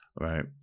right